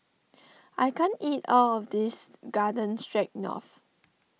I can't eat all of this Garden Stroganoff